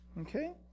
okay